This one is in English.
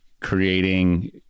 creating